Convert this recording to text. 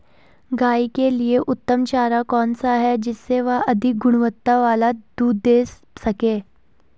गाय के लिए उत्तम चारा कौन सा है जिससे वह अधिक गुणवत्ता वाला दूध दें सके?